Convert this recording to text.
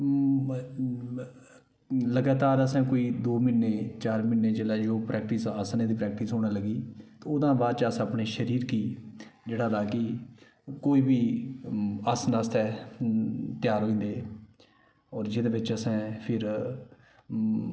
लगातार असें कोई दो म्हीने चार म्हीने जेल्लै योग प्रैक्टिस आसनै दी प्रैक्टिस होने लगी तां ओह्दा हा बाद च असें अपने शरीर गी जेह्ड़ा ताकि कोई बी आसन आस्तै त्यार होइंदे हे होर जेह्दे बिच असें फिर